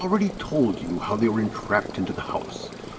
i have already told you how they were entrapped into the house,